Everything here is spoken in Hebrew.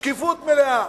שקיפות מלאה,